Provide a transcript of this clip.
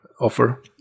offer